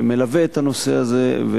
מלווה את הנושא הזה,